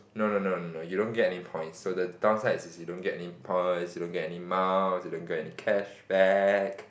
no no no no no you don't get any points so the downside is you don't get any points you don't get any mouse you don't get any cashback